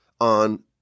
on